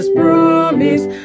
promise